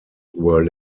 were